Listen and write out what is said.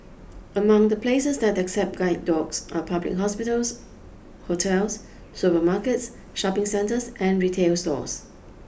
among the places that accept guide dogs are public hospitals hotels supermarkets shopping centres and retail stores